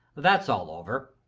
that's all over.